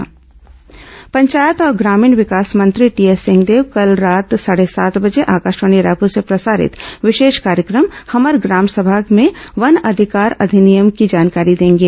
हमर ग्राम सभा पंचायत और ग्रामीण विकास मंत्री टीएस सिंहदेव कल रात साढ़े सात बजे आकाशवाणी रायपुर से प्रसारित विशेष कार्यक्रम हमर ग्राम सभा में वन अधिकार अधिनियम की जानकारी देंगे